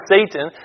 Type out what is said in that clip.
Satan